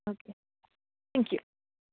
okay thank you